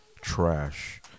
trash